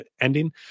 ending